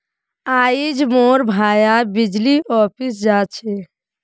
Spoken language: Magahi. आइज मोर भाया बिजली ऑफिस जा छ